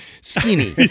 skinny